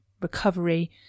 recovery